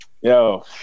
Yo